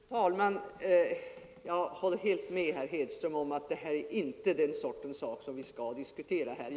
Fru talman! Jag håller helt med herr Hedström om att detta inte är en sådan fråga som vi bör diskutera här i kammaren.